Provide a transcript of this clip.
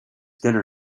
dinner